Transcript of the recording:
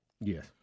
Yes